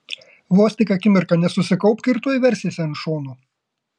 vos tik akimirką nesusikaupk ir tuoj versiesi ant šono